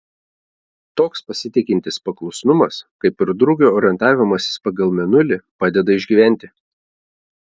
toks pasitikintis paklusnumas kaip ir drugio orientavimasis pagal mėnulį padeda išgyventi